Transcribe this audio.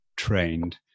trained